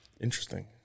Interesting